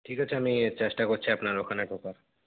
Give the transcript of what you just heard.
ঠিক আছে আমি চেষ্টা করছি আপনার ওখানে ঢোকার